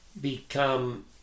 become